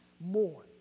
more